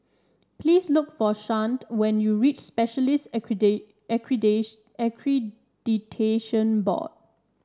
please look for Chante when you reach Specialists Accredi Accredi Accreditation Board